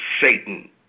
Satan